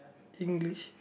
English